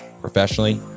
professionally